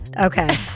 Okay